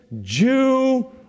Jew